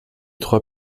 trois